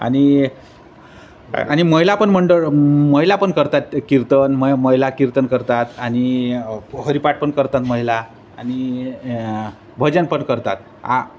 आणि आणि महिला पण मंडळ महिला पण करतात कीर्तन म महिला कीर्तन करतात आणि हरीपाठ पण करतात महिला आणि भजन पण करतात आ